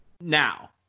Now